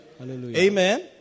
Amen